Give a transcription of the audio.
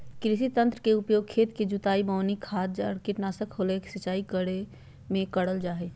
कृषि यंत्र के उपयोग खेत के जुताई, बोवनी, खाद आर कीटनाशक डालय, सिंचाई करे मे करल जा हई